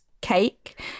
cake